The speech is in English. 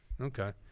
Okay